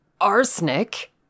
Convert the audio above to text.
Arsenic